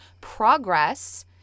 progress